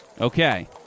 Okay